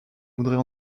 voudrait